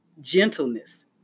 gentleness